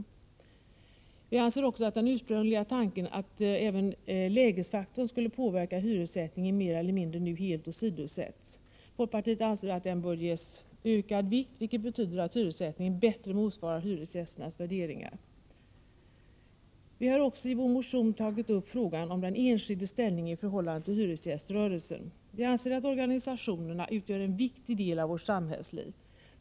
Vidare anser vi att den ursprungliga tanken, att även lägesfaktorn skulle påverka hyressättningen, nu mer eller mindre helt åsidosätts. Folkpartiet anser att den bör ges ökad vikt, vilket betyder att hyressättningen bättre motsvarar hyresgästernas värderingar. Vi har också i vår motion tagit upp frågan om den enskildes ställning i förhållande till hyresgäströrelsen. Vi anser att organisationerna utgör en viktig del av vårt samhällsliv.